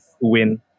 win